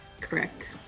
Correct